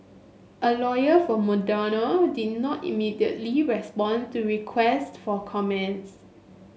a lawyer for Madonna did not immediately respond to request for comments